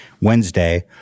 Wednesday